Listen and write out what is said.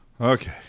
Okay